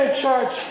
Church